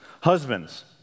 Husbands